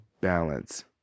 balance